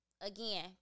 again